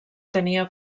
tenia